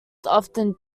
often